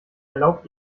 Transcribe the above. erlaubt